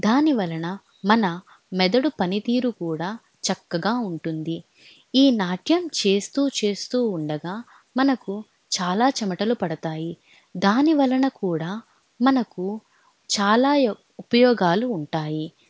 దాని వలన మన మెదడు పనితీరు కూడా చక్కగా ఉంటుంది ఈ నాట్యం చేస్తూ చేస్తూ ఉండగా మనకు చాలా చెమటలు పడతాయి దాని వలన కూడా మనకు చాలా ఉపయోగాలు ఉంటాయి